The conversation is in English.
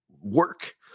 work